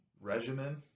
regimen